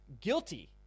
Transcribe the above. guilty